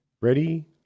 Ready